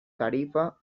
tarifa